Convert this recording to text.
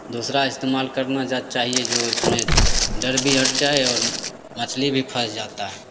दूसरा इस्तेमाल करना चाहिए जो इसमें डर भी हट जाए और मछली भी फंस जाता है